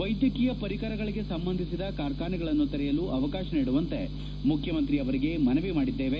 ವೈದ್ಯಕೀಯ ಪರಿಕರಗಳಿಗೆ ಸಂಬಂಧಿತ ಕಾರ್ಖಾನೆಗಳನ್ನು ತೆರೆಯಲು ಅವಕಾಶ ನೀಡುವಂತೆ ಮುಖ್ಯಮಂತ್ರಿಯವರಿಗೆ ಮನವಿ ಮಾಡಿದ್ದೇವೆ